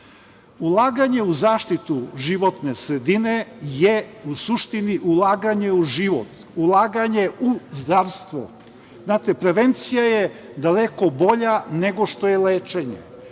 Ulaganje u zaštitu životne sredine je u suštini ulaganje u život, ulaganje u zdravstvo. Znate, prevencija je daleko bolja nego što je lečenje,